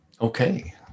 Okay